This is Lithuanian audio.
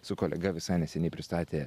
su kolega visai neseniai pristatė